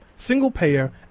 single-payer